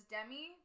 Demi